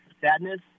sadness